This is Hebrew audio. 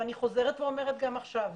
ואני חוזרת ואומרת גם עכשיו,